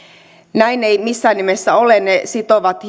näin ei missään nimessä ole ne sitovat